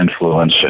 influence